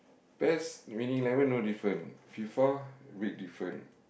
best Winning-Eleven no different Fifa big different